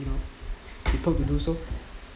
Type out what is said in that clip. you know you told to do so